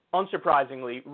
unsurprisingly